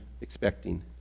expecting